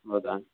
ಹೌದಾ